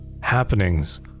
Happenings